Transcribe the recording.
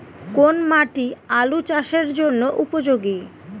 কোন মাটি আলু চাষের জন্যে উপযোগী?